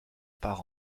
par